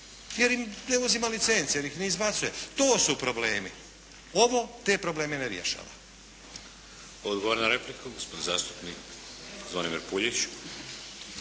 Jer im ne uzima licence, jer ih ne izbacuje, to su problemi. Ovo te probleme ne rješava. **Šeks, Vladimir (HDZ)** Odgovor na repliku, gospodin zastupnik Zvonimir Puljić.